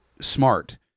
smart